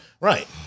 Right